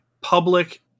public